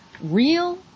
Real